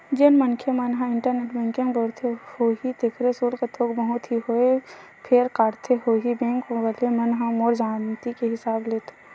जेन मनखे मन ह इंटरनेट बेंकिग बउरत होही तेखर सुल्क थोक बहुत ही होवय फेर काटथे होही बेंक वले मन ह मोर जानती के हिसाब ले तो